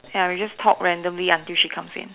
ya we just talk randomly until she comes in